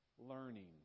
learning